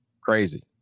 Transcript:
crazy